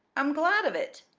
i'm glad of it.